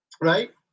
right